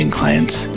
clients